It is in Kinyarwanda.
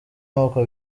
nuko